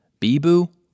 Bibu